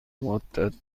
مدت